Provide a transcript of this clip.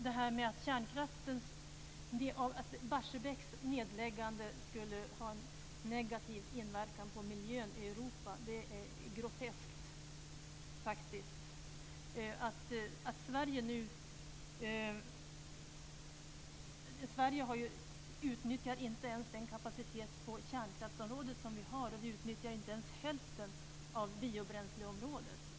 Att nedläggningen av Barsebäck skulle ha en negativ inverkan på miljön i Europa är faktiskt groteskt. Sverige utnyttjar inte ens den kapacitet på kärnkraftsområdet som vi har, och vi utnyttjar inte ens hälften av kapaciteten på biobränsleområdet.